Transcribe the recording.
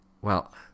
Well